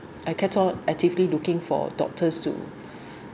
I kept on actively looking for doctors to